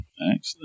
Excellent